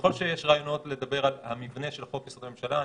ככל שיש רעיונות לדבר על המבנה של חוק-יסוד: הממשלה,